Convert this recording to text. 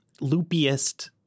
loopiest